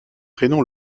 prénom